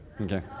Okay